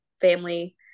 family